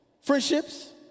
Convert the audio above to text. friendships